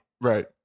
Right